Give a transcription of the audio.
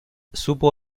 supo